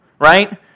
right